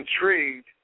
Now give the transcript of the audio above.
intrigued